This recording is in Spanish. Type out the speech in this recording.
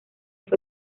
fue